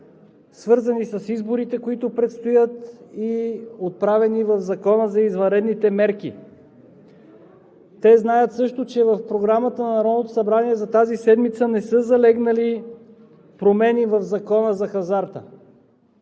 свързани с изборите, които предстоят, и отправени в Закона за извънредните мерки. Те знаят също, че в Програмата на Народното събрание за тази седмица не са залегнали промени в Закона за хазарта.